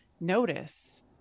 notice